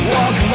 Walk